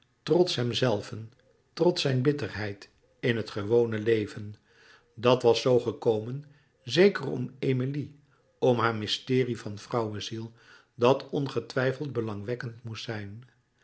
trots hemzelven trots zijn bitterheid in het gewone leven dat was zoo gekomen zeker om emilie om haar mysterie van vrouweziel dat ongetwijfeld belangwekkend moest zijn